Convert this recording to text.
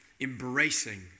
embracing